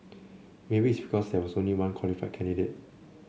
maybe it's because there was only one qualified candidate